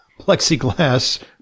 plexiglass